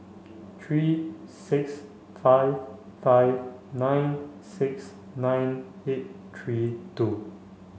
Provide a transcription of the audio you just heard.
three six five five nine six nine eight three two